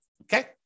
okay